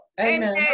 Amen